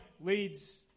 leads